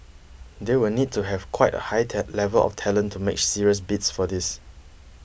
they will need to have quite a high level of talent to make serious bids for these